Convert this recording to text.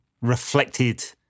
reflected